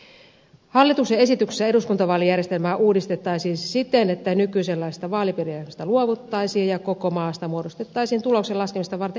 hallituksen esityksessä eduskuntavaalijärjestelmää uudistettaisiin siten että nykyisenlaisesta vaalipiirijaosta luovuttaisiin ja koko maasta muodostettaisiin tuloksen laskemista varten yksi vaalialue